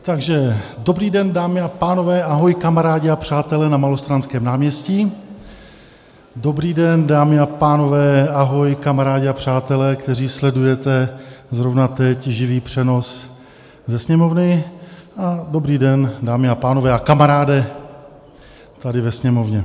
Takže dobrý den, dámy a pánové, ahoj, kamarádi a přátelé na Malostranském náměstí, dobrý den, dámy a pánové, ahoj, kamarádi a přátelé, kteří sledujete zrovna teď živý přenos ze Sněmovny, dobrý den, dámy a pánové a kamaráde tady ve Sněmovně.